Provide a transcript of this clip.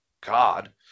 God